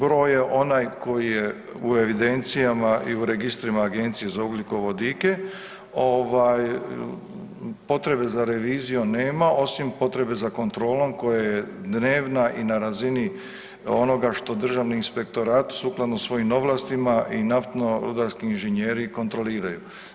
Broj je onaj koji je u evidencijama i u registrima Agencije za ugljikovodike, ovaj, potrebe za revizijom nema, osim potrebe za kontrolom koja je dnevna i na razini onoga što državni inspektorat sukladno svojim ovlastima i naftno rudarski inženjeri kontroliraju.